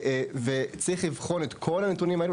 וצריך לבחון את כל הנתונים האלה,